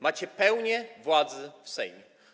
Macie pełnię władzy w Sejmie.